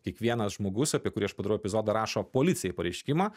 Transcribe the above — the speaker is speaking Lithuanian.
kiekvienas žmogus apie kurį aš padariau epizodą rašo policijai pareiškimą